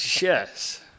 Yes